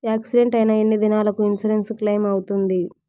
Accident అయిన ఎన్ని దినాలకు ఇన్సూరెన్సు క్లెయిమ్ అవుతుంది?